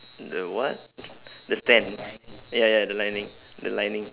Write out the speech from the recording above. the what the stand eh ya ya the lining the lining